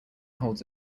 holds